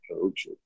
coach